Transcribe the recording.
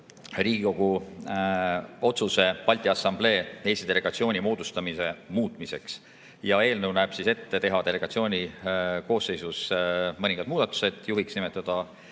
Riigikogu otsuse Balti Assamblee Eesti delegatsiooni [koosseisu] muutmise kohta. Eelnõu näeb ette teha delegatsiooni koosseisus mõningad muudatused: juhiks nimetada Urve